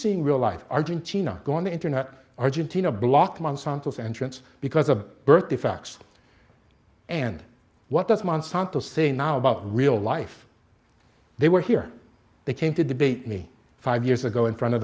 seeing real life argentina go on the internet argentina block monsanto's entrance because of birth defects and what does monsanto saying now about real life they were here they came to debate me five years ago in front of